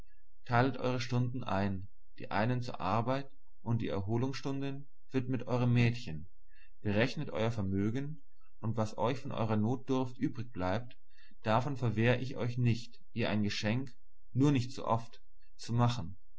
teilet eure stunden ein die einen zur arbeit und die erholungsstunden widmet eurem mädchen berechnet euer vermögen und was euch von eurer notdurft übrig bleibt davon verwehr ich euch nicht ihr ein geschenk nur nicht zu oft zu machen